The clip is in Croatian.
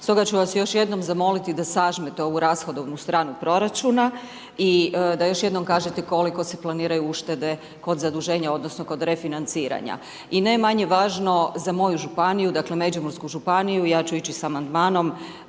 stoga ću vas još jednom zamoliti da sažmete ovu rashodovnu stranu proračuna i da još jednom kažete koliko se planiraju uštede kod zaduženje odnosno kod refinanciranja. I ne manje važno, za moju županiju, dakle Međimursku županiju, ja ću ići sa amandmanom,